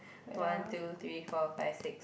one two three four five six